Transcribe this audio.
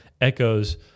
echoes